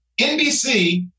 NBC